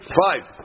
five